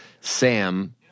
Sam